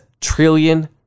trillion